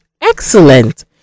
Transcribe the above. Excellent